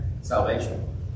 salvation